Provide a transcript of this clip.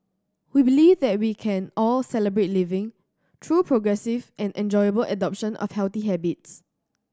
we believe that we can all 'Celebrate Living' through progressive and enjoyable adoption of healthy habits